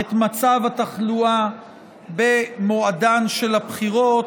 את מצב התחלואה במועדן של הבחירות,